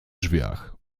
drzwiach